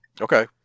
Okay